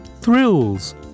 Thrills